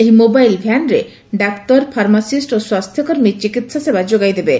ଏହି ମୋବାଇଲ ଭ୍ୟାନରେ ଡାକ୍ତର ଫାର୍ମାସିଷ ଓ ସ୍ୱାସ୍ଥ୍ୟକର୍ମୀ ଚିକିହାସେବା ଯୋଗାଇଦେବେ